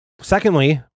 Secondly